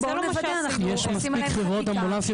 זה לא מה שעשינו --- יש מספיק חברות אמבולנסים